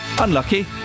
Unlucky